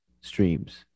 streams